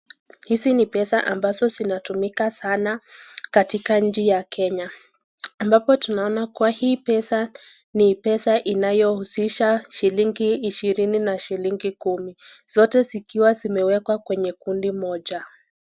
Hizi ni pesa ambazo zinatumika sana katika nchi ya Kenya. Ambapo tunaona kwa hii pesa ni inayohusisha shilingi ishirini na shilingi kumi. Zote zikiwa zimewekwa kwenye kundi moja.